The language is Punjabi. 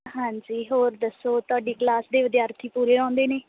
ਹਾਂਜੀ ਹੋਰ ਦੱਸੋ ਤੁਹਾਡੀ ਕਲਾਸ ਦੇ ਵਿਦਿਆਰਥੀ ਪੂਰੇ ਆਉਂਦੇ ਨੇ